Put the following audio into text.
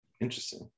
Interesting